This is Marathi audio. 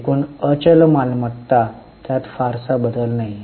तर एकूण अचल मालमत्ता त्यात फारसा बदल नाही